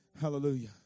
Hallelujah